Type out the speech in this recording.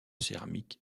céramique